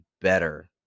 better